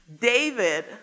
David